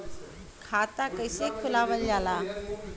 खाता कइसे खुलावल जाला?